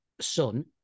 son